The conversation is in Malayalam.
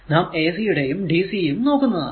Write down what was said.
നാം ac യും dc യും നോക്കുന്നതാണ്